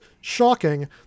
shocking